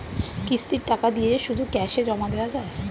কিস্তির টাকা দিয়ে শুধু ক্যাসে জমা দেওয়া যায়?